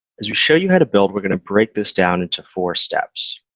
as we show you how to build, we're going to break this down into four steps.